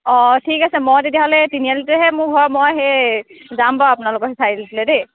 অঁ ঠিক আছে মই তেতিয়াহ'লে তিনিআলিতেহে মোৰ ঘৰ মই সেই যাম বাও আপোনালোকৰ সেই চাৰিআলিটোলে দেই